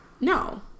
no